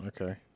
Okay